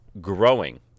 growing